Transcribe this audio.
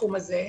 בתחום הזה,